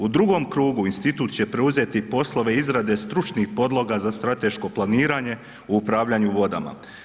U drugom krugu institut će preuzeti poslove izrade stručnih podloga za strateško planiranje u upravljanju vodama.